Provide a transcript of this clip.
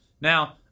Now